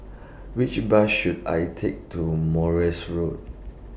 Which Bus should I Take to Morse Road